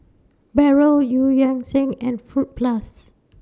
Barrel EU Yan Sang and Fruit Plus